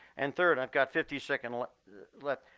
and third, i've got fifty seconds left.